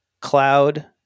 cloud